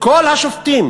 כל השופטים